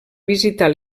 visitar